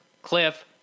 Cliff